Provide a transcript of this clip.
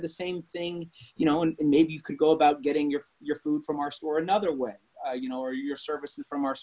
of the same thing you know and maybe you can go about getting your for your food from our store another way you know or your services from our